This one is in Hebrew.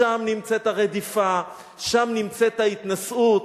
שם נמצאת הרדיפה, שם נמצאת ההתנשאות.